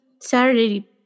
Saturday